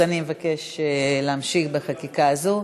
אז אני אבקש להמשיך בחקיקה הזאת,